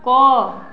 कऽ